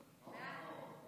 אבל אתמול הוא אמר, אנחנו,